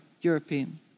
European